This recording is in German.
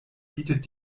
bietet